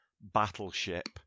battleship